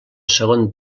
segon